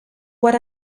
what